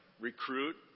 recruit